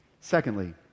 Secondly